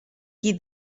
qui